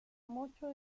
mucho